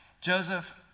Joseph